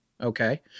Okay